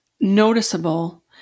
noticeable